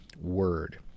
word